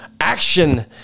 action